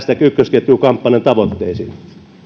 ykkösketjuun kampanjan tavoitteisiin